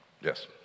Yes